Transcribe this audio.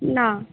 না